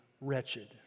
wretched